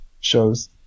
shows